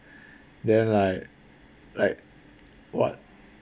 then like like what